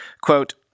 Quote